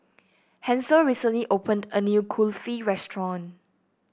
Hansel recently opened a new Kulfi restaurant